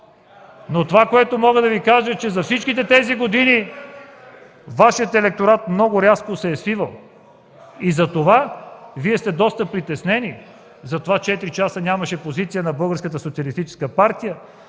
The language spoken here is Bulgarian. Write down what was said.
Но това, което мога да Ви кажа, е, че за всичките тези години Вашият електорат много рязко се е свивал и затова Вие сте доста притеснени. Затова четири часа нямаше позиция на